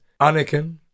Anakin